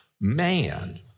Man